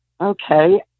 Okay